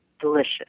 delicious